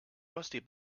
rusty